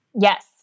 Yes